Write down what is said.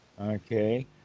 Okay